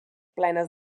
plenes